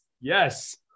Yes